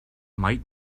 might